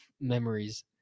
memories